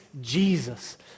Jesus